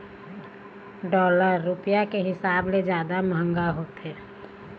dollar रुपया के हिसाब ले जादा मंहगा होथे